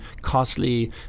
costly